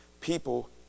people